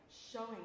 showing